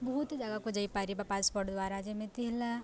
ବହୁତ ଜାଗାକୁ ଯାଇପାରିବା ପାସ୍ପୋର୍ଟ ଦ୍ୱାରା ଯେମିତି ହେଲା